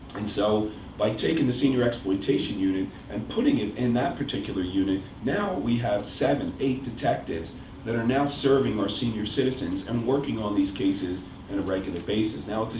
and so by taking the senior exploitation unit and putting it in that particular unit, now we have seven, eight detectives that are now serving our senior citizens, and working on these cases, on and a regular basis. now,